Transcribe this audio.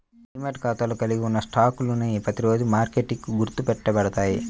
demat ఖాతాలో కలిగి ఉన్న స్టాక్లు ప్రతిరోజూ మార్కెట్కి గుర్తు పెట్టబడతాయి